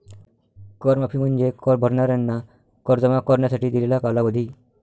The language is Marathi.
कर माफी म्हणजे कर भरणाऱ्यांना कर जमा करण्यासाठी दिलेला कालावधी